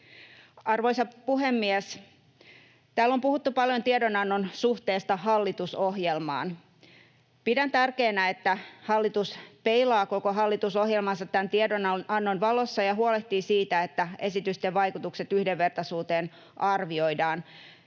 Arvoisa puhemies! Täällä on puhuttu paljon tiedonannon suhteesta hallitusohjelmaan. Pidän tärkeänä, että hallitus peilaa koko hallitusohjelmaansa tämän tiedonannon valossa ja huolehtii siitä, että esitysten vaikutukset yhdenvertaisuuteen arvioidaan.